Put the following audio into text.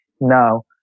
Now